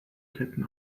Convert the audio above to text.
ketten